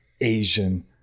asian